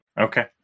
Okay